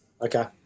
okay